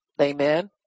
Amen